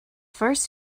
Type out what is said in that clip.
first